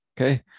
Okay